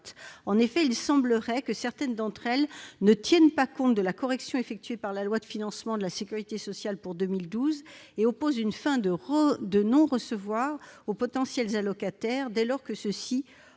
En effet, il semblerait que certaines d'entre elles ne tiennent pas compte de la correction effectuée par la loi de financement de la sécurité sociale pour 2012 et opposent une fin de non-recevoir aux potentiels allocataires, dès lors que ceux-ci